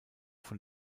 von